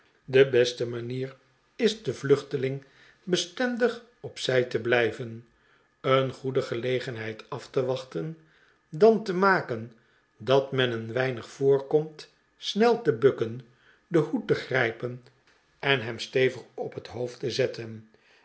de beste manier is den yluchteling bestendig op zij te blijven een goede gelegenheid af te wachten dan te maken dat men een weinig voor komt snel te bukken den hoed te grijpen en hem stevig op het hoofd te zetten